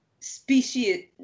species